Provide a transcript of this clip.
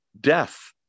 Death